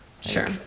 Sure